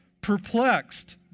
perplexed